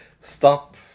stop